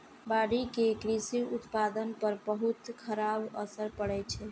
बाढ़ि के कृषि उत्पादन पर बहुत खराब असर पड़ै छै